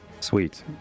Sweet